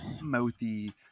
mouthy